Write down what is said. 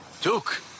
Duke